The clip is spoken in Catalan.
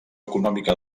econòmica